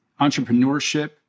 entrepreneurship